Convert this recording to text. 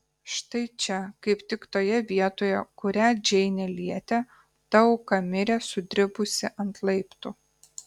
štai čia kaip tik toje vietoje kurią džeinė lietė ta auka mirė sudribusi ant laiptų